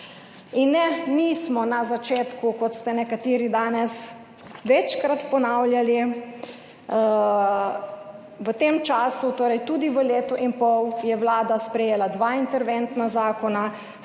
In ne, nismo na začetku, kot ste nekateri danes večkrat ponavljali, v tem času, torej tudi v letu in pol je Vlada sprejela dva interventna zakona,